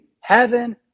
Heaven